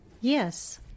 Yes